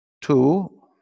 two